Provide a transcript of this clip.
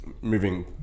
moving